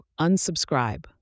unsubscribe